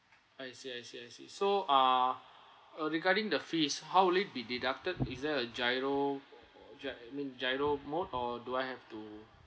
I see I see I see so ah uh regarding the fees how will it be deducted is there a GIRO or or GI~ I mean GIRO mode or do I have to